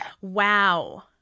Wow